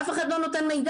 אף אחד לא נותן מידע.